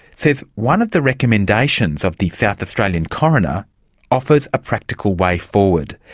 says one of the recommendations of the south australian coroner offers a practical way forward.